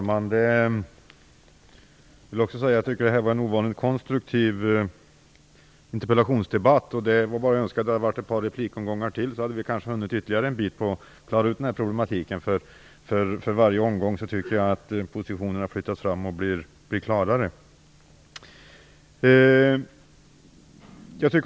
Fru talman! Också jag tycker att det här har varit en ovanligt konstruktiv interpellationsdebatt. Om vi hade haft ett par replikomgångar till hade vi kanske hunnit ytterligare en bit på väg mot att klara upp den här problematiken. Jag tycker nämligen att positionerna för varje replikomgång flyttas fram och blir klarare.